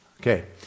Okay